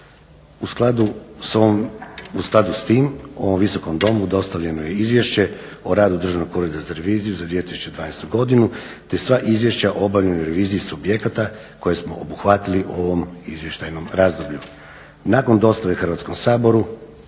U skladu s tim ovom Visokom domu dostavljeno je Izvješće o radu Državnog ureda za reviziju za 2012.godinu te sva izvješća o obavljenoj reviziji subjekata koje smo obuhvatili u ovom izvještajnom razdoblju. Nakon dostave Hrvatskom saboru